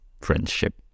friendship